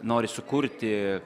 nori sukurti